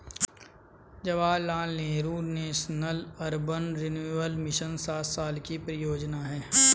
Jawaharlal Nehru national urban renewal mission सात साल की परियोजना है